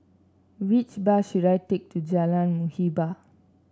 which bus should I take to Jalan Muhibbah